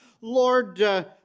Lord